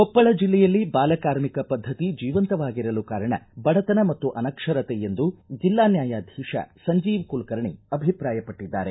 ಕೊಪ್ಪಳ ಜಿಲ್ಲೆಯಲ್ಲಿ ಬಾಲ ಕಾರ್ಮಿಕ ಪದ್ಧತಿ ಜೀವಂತವಾಗಿರಲು ಕಾರಣ ಬಡತನ ಮತ್ತು ಅನಕ್ಷರತೆ ಎಂದು ಜಿಲ್ಲಾ ನ್ಯಾಯಾಧೀಶ ಸಂಜೀವ ಕುಲಕರ್ಣಿ ಅಭಿಪ್ರಾಯಪಟ್ಟದ್ದಾರೆ